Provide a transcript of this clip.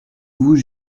vous